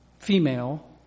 Female